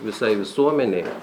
visai visuomenei